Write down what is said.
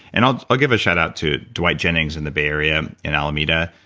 and i'll i'll give a shoutout to dwight jennings in the bay area in alameda,